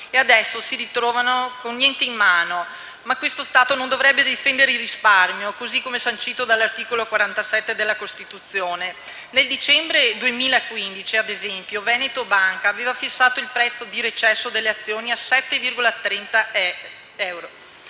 adesso si ritrovano con niente mano. Ma questo Stato non dovrebbe difendere il risparmio, così come sancito dall'articolo 47 della Costituzione? Nel dicembre 2015, ad esempio, Veneto Banca aveva fissato il prezzo di recesso delle azioni a 7,30 euro,